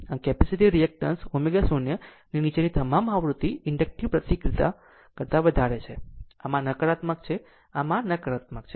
આમ capacitive reactance ω0 ની નીચેની તમામ આવૃત્તિ ઇન્ડકટીવ પ્રતિક્રિયા કરતા વધારે છે અને આ નકારાત્મક છે આમ નકારાત્મક છે